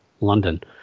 London